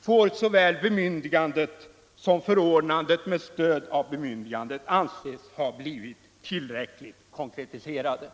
får såväl bemyndigandet som förordnandet med stöd av bemyndigandet anses ha blivit tillräckligt konkretiserade.